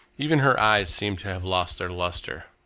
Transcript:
even her eyes seemed to have lost their lustre.